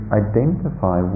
identify